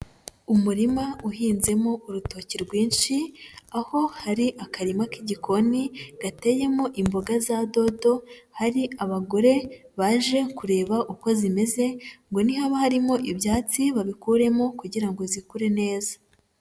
Umurima uhinzemo urutoki rwinshi aho hari akarima k'igikoni gateyemo imboga za dodo hari abagore baje kureba uko zimeze ngo nihaba harimo ibyatsi babikuremo kugira ngo zikure neza.